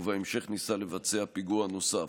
ובהמשך ניסה לבצע פיגוע נוסף.